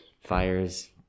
fires